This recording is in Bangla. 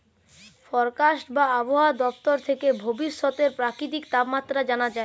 ফরকাস্ট বা আবহায়া দপ্তর থেকে ভবিষ্যতের প্রাকৃতিক তাপমাত্রা জানা যায়